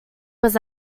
was